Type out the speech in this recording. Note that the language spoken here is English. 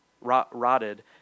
rotted